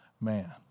man